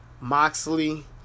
Moxley